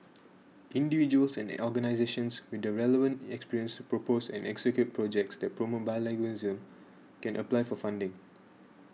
individuals and organisations with the relevant experience to propose and execute projects that promote bilingualism can apply for funding